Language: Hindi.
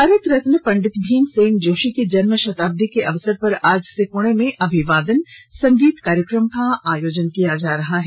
भारत रत्न पंडित भीमसेन जोशी की जन्म शताब्दी के अवसर पर आज से पुणे में अभिवादन संगीत कार्यक्रम का आयोजन किया जा रहा है